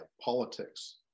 politics